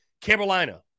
Carolina